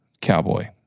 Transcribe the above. cowboy